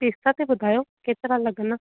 पैसा त ॿुधायो केतिरा लॻंदा